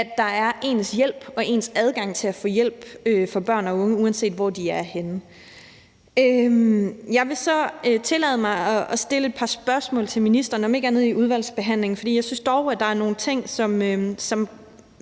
at der er en ens adgang til at få hjælp for børn og unge, uanset hvor de er henne. Jeg vil så tillade mig at stille et par spørgsmål til ministeren, om ikke andet i udvalgsbehandlingen, for jeg synes dog, at der er nogle ting, som